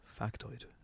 factoid